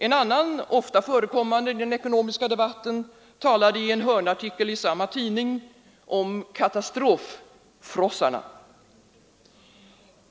En annan, ofta förekommande i den ekonomiska debatten, talade i en hörnartikel i samma tidning om katastrof-frossarna.